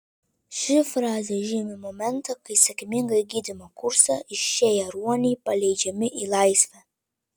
ši frazė žymi momentą kai sėkmingai gydymo kursą išėję ruoniai paleidžiami į laisvę